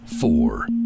four